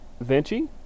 Vinci